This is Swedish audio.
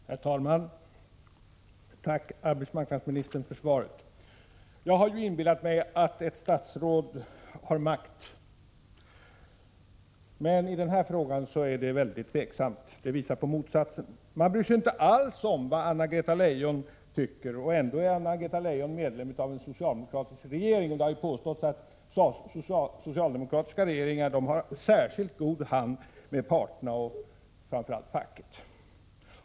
Herr talman! Tack, arbetsmarknadsministern, för svaret! Jag hade inbillat mig att ett statsråd har makt, men i denna fråga är det väldigt tveksamt, för här visas på motsatsen. Man bryr sig inte alls om vad Anna-Greta Leijon tycker — och ändå är Anna-Greta Leijon medlem av en socialdemokratisk regering. Det har ju påståtts att socialdemokratiska regeringar har särskilt god hand med parterna, framför allt med facket.